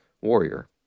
warrior